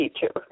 teacher